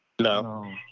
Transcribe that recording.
No